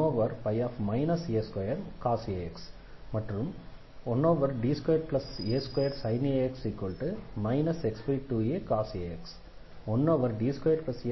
1D2cos ax 1 a2cos ax மற்றும் 1D2a2sin ax x2acos ax 1D2a2cos